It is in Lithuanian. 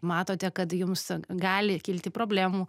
matote kad jums gali kilti problemų